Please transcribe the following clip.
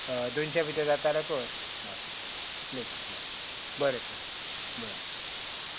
दोनशे भितर जाताले कर हय तितलेच हय बरें तर बरें